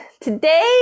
Today